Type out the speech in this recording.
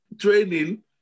training